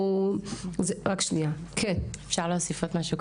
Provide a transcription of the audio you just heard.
אני רוצה להוסיף,